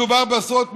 מדובר בעשרות מיליונים,